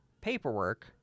paperwork